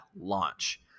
launch